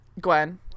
Gwen